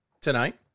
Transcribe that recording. tonight